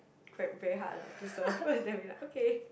tried very hard lah to surf then we're like okay